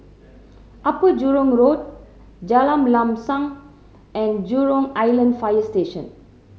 Upper Jurong Road Jalan Lam Sam and Jurong Island Fire Station